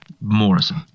Morrison